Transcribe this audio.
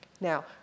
Now